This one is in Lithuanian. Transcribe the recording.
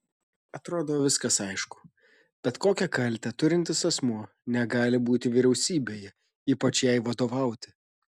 atrodo viskas aišku bet kokią kaltę turintis asmuo negali būti vyriausybėje ypač jai vadovauti